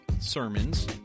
sermons